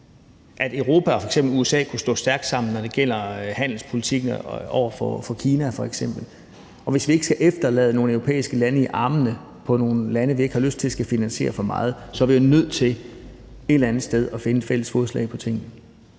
at Europa og USA kan stå stærke sammen, når det gælder handelspolitikken over for Kina f.eks., og hvis vi ikke skal efterlade nogle europæiske lande i armene på nogle lande, vi ikke har lyst til skal finansiere for meget, er vi nødt til et eller andet sted at finde fælles fodslag. Kl.